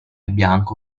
bianco